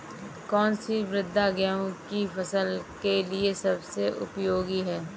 कौन सी मृदा गेहूँ की फसल के लिए सबसे उपयोगी है?